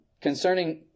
concerning